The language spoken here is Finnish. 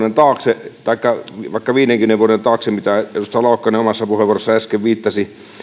taakse taikka vaikka viidenkymmenen vuoden taakse mihin edustaja laukkanen omassa puheenvuorossaan äsken viittasi